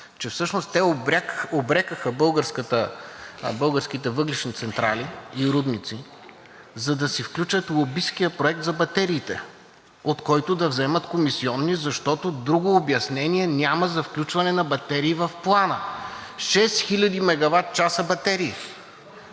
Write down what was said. че всъщност те обрекоха българските въглищни централи и рудници, за да си включат лобисткия проект за батериите, от който да вземат комисиони, защото друго обяснение за включване на батерии в Плана няма. Шест хиляди мегаватчаса батерии!